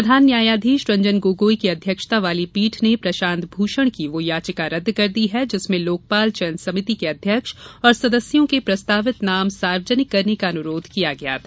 प्रधान न्यायाधीश रंजन गोगोई की अध्यक्षता वाली पीठ ने प्रशांत भूषण की वह याचिका रद्द कर दी जिसमें लोकपाल चयन समिति के अध्यक्ष और सदस्यों के प्रस्तावित नाम सार्वजनिक करने का अनुरोध किया गया था